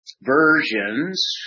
versions